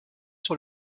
sur